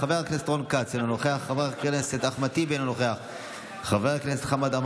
אינה נוכחת, חבר הכנסת אלון